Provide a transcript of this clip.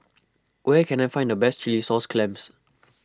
where can I find the best Chilli Sauce Clams